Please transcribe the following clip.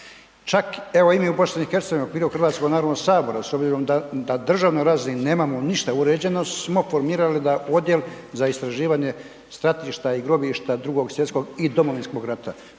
Čak, evo imaju i u BiH u okviru Hrvatskog narodnog sabora s obzirom da na državnoj razini nemamo ništa uređeno smo formirali da odjel za istraživanje stratišta i grobišta Drugog svjetskog i Domovinskog rata.